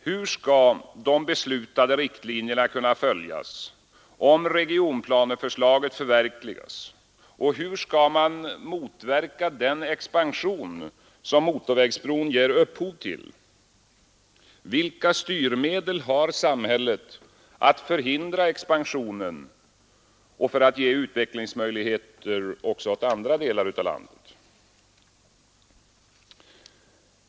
Hur skall de beslutade riktlinjerna kunna följas om regionplaneförslaget förverkligas, och hur skall man motverka den expansion som motorvägsbron ger upphov till? Vilka styrmedel har samhället för att förhindra expansionen och för att ge utvecklingsmöjligheter också åt andra delar av landet?